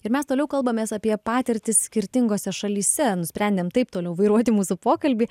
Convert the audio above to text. ir mes toliau kalbamės apie patirtį skirtingose šalyse nusprendėm taip toliau vairuoti mūsų pokalbį